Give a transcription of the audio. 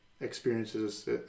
experiences